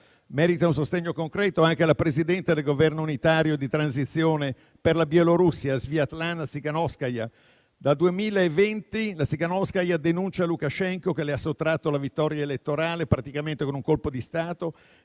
Merita un sostegno concreto anche la presidente del Governo unitario di transizione per la Bielorussia, Sviatlana Tsikhanouskaya: dal 2020 la Tsikhanouskaya denuncia Lukashenko, che le ha sottratto la vittoria elettorale praticamente con un colpo di Stato